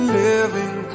living